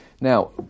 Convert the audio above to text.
Now